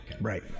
Right